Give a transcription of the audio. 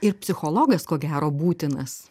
ir psichologas ko gero būtinas